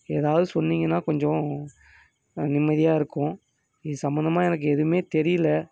எதாவது சொன்னிங்கனால் கொஞ்சம் நிம்மதியாக இருக்கும் இது சம்மந்தமாக எனக்கு எதுவுமே தெரியல